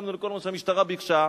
הסכמנו לכל מה שהמשטרה בקשה.